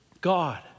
God